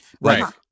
Right